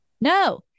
No